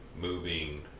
moving